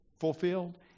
fulfilled